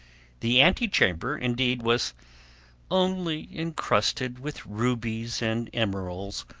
the antechamber, indeed, was only encrusted with rubies and emeralds,